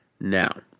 Now